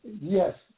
Yes